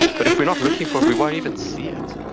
but if we're not looking for it, we won't even see it.